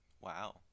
Wow